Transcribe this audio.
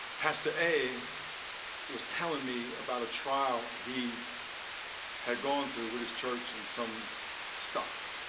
pastor a was telling me about a trial he had gone through with his church and some stuff